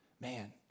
man